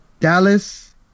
Dallas